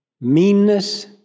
meanness